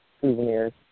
souvenirs